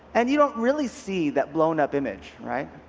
and you don't really see that blown up image, right?